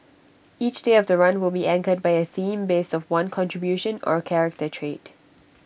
each day of the run will be anchored by A theme based of one contribution or character trait